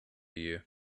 you